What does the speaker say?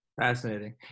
Fascinating